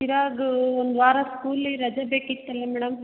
ಚಿರಾಗ ಒಂದ್ವಾರ ಸ್ಕೂಲಿಗೆ ರಜಾ ಬೇಕಿತ್ತಲ್ಲ ಮೇಡಮ್